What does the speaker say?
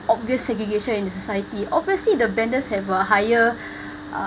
obvious segregation into society obviously the benders have a higher uh